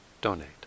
donate